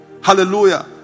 Hallelujah